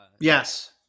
Yes